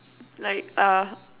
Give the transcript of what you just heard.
like uh